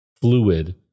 fluid